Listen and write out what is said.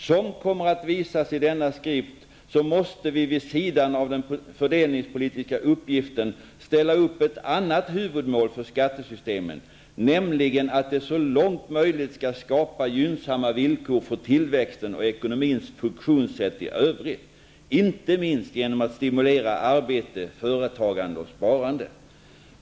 Som kommer att visas i denna skrift måste vi vid sidan av den fördelningspolitiska uppgiften ställa upp ett annat huvudmål för skattesystemet, nämligen att det så långt möjligt skall skapa gynnsamma villkor för tillväxten och ekonomins funktionssätt i övrigt, inte minst genom att stimulera arbete, företagande och sparande.